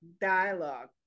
dialogue